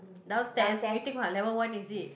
downstairs you think what level one is it